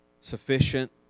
sufficient